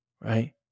right